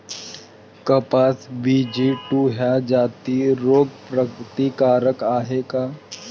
कपास BG two ह्या जाती रोग प्रतिकारक हाये का?